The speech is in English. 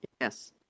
Yes